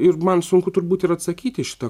ir man sunku turbūt ir atsakyti į šitą